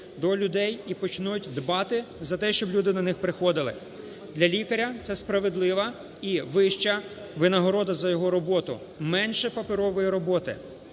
до людей і почнуть дбати за те, щоб люди до них приходили. Для лікаря – це справедлива і вища винагорода за його роботу, менше паперової роботи.